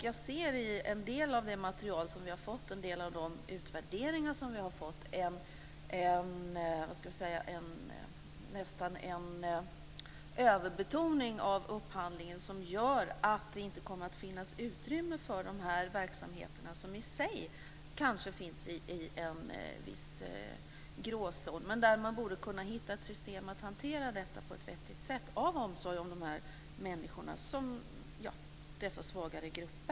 Jag ser i en del av det material och de utvärderingar som vi har fått nästan en överbetoning av upphandlingen som gör att det inte kommer att finnas utrymme för dessa verksamheter som i sig kanske finns i en viss gråzon men där man borde kunna hitta ett system att hantera detta på ett vettigt sätt av omsorg om dessa svagare grupper.